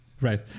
Right